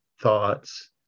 thoughts